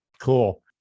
cool